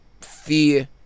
fear